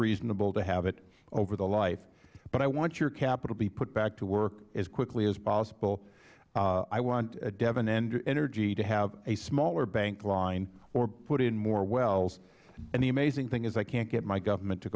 reasonable to have it over the life but i want your capital to be put back to work as quickly as possible i want devon energy to have a smaller bank line to put in more wells and the amazing thing is i can't get my government to